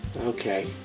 Okay